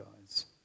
guys